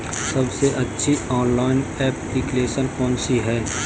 सबसे अच्छी online application कौन सी है?